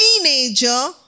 teenager